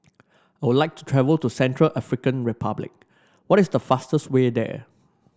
would like to travel to Central African Republic what is the fastest way there